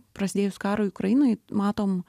prasidėjus karui ukrainoj matom